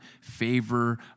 favor